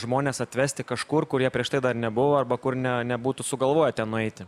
žmones atvesti kažkur kur jie prieš tai dar nebuvo arba kur ne nebūtų sugalvoję ten nueiti